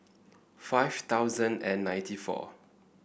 five thousand and ninety four